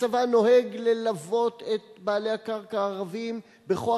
הצבא נוהג ללוות את בעלי הקרקע הערבים בכוח